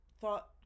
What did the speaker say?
thought